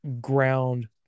Ground